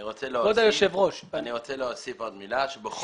אני רוצה להוסיף עוד מילה.